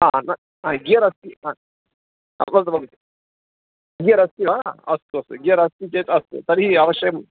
न गियर् अस्ति वदतु ब गियर् अस्ति वा अस्तु अस्तु गियर् अस्ति चेत् अस्तु तर्हि अवश्यं